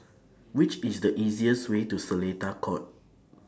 Which IS The easiest Way to Seletar Court